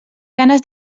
ganes